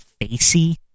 facey